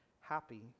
happy